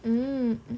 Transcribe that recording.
mm